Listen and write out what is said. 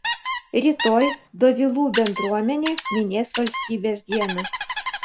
rytoj dovilų bendruomenė minės valstybės dieną